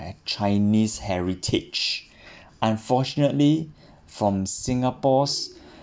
uh chinese heritage unfortunately from singapore's